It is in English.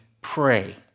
pray